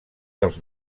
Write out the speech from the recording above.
dels